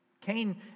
Cain